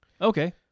Okay